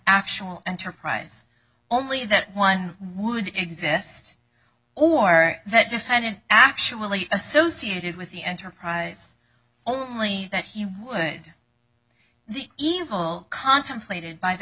actual enterprise only that one would exist or that you find it actually associated with the enterprise only that you would the evil contemplated by the